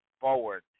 forward